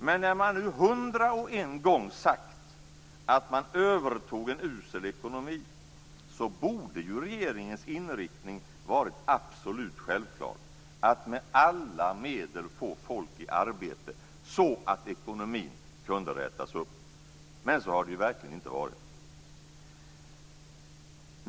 Men när man nu hundra och en gång sagt att man övertog en usel ekonomi borde regeringens inriktning varit absolut självklar, att med alla medel få folk i arbete så att ekonomin kunde rätas upp. Men så har det ju verkligen inte varit.